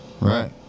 Right